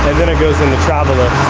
then it goes in the travel lift.